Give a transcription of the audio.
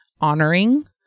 honoring